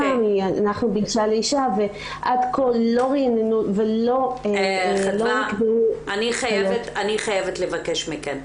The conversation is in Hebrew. אנחנו ב"אשה לאשה" ועד כה לא נקבעו --- אני חייבת לבקש מכן,